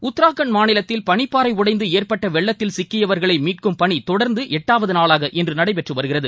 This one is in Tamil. உத்ரகாண்ட் மாநிலத்தில் பனிப்பாறை உடைந்து ஏற்பட்ட வெள்ளத்தில் சிக்கியவர்களை மீட்கும் பணி தொடர்ந்து எட்டாவது நாளாக இன்று நடைபெற்று வருகிறது